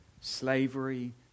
Slavery